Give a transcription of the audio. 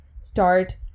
start